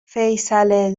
فیصله